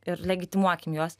ir legitimuokim juos